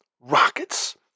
rockets